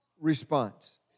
response